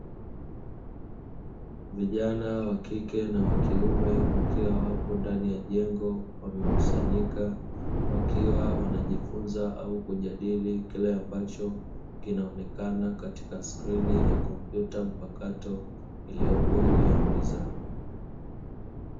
Vijana wa kike na wa kiume wakiwa wapo ndani ya jengo wamekusanyika wakiwa wanajifunza au kujadili kile ambacho kipo katika skrini ya kompyuta mpakato iliyopo juu ya meza.